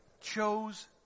chose